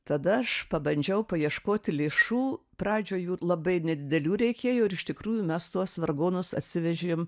tada aš pabandžiau paieškoti lėšų pradžioj jų labai nedidelių reikėjo ir iš tikrųjų mes tuos vargonus atsivežėm